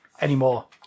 Anymore